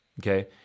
okay